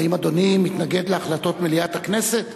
האם אדוני מתנגד להחלטות מליאת הכנסת?